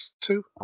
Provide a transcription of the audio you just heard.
two